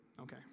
okay